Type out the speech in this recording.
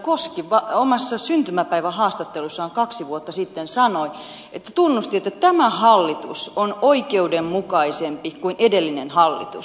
koski omassa syntymäpäivähaastattelussaan kaksi vuotta sitten tunnusti että tämä hallitus on oikeudenmukaisempi kuin edellinen hallitus